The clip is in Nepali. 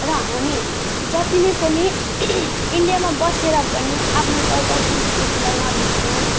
र हामी जति नै पनि इन्डियामा बसेर पनि आफ्नो कल्चर संस्कृतिलाई नबिर्सउँ